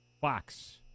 Fox